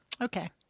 Okay